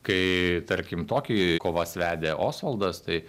kai tarkim tokijuj kovas vedė osvaldas tai